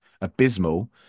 abysmal